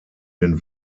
den